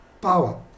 power